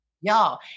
Y'all